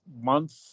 month